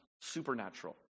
supernatural